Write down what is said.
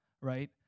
Right